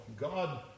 God